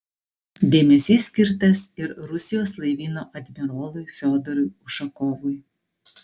dėmesys skirtas ir rusijos laivyno admirolui fiodorui ušakovui